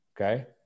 Okay